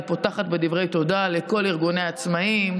אני פותחת בדברי תודה לכל ארגוני העצמאים,